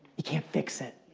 you can't fix it.